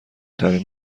ترین